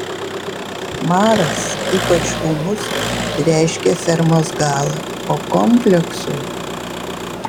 maras ypač ūmus reiškia fermos galą o kompleksui